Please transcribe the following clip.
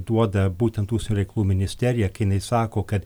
duoda būtent užsienio reikalų ministerija kai jinai sako kad